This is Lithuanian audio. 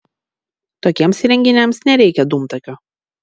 tokiems įrenginiams nereikia dūmtakio